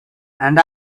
and